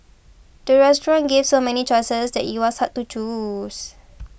the restaurant gave so many choices that it was hard to choose